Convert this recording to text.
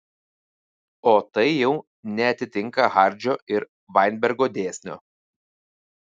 o tai jau neatitinka hardžio ir vainbergo dėsnio